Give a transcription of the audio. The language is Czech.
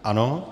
Ano.